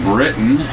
Britain